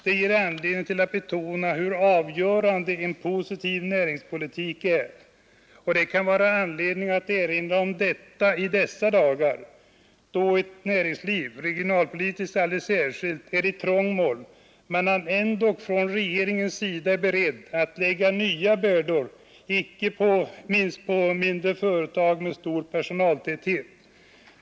Detta ger anledning att betona hur avgörande en positiv näringspolitik är, i synnerhet i dessa dagar, då näringslivet — alldeles särskilt regionalpolitiskt — är i trångmål men då regeringen ändå är beredd att lägga nya bördor på icke minst företag med stor personaltäthet.